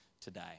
today